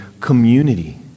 community